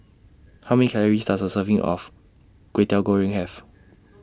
How Many Calories Does A Serving of Kwetiau Goreng Have